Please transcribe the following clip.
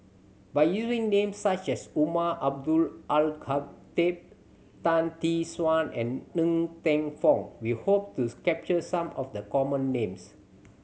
by using names such as Umar Abdullah Al Khatib Tan Tee Suan and Ng Teng Fong we hope to capture some of the common names